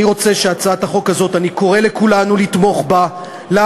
אני קורא לכולנו לתמוך בהצעת החוק הזאת,